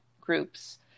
groups